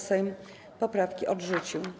Sejm poprawki odrzucił.